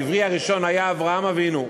העברי הראשון היה אברהם אבינו.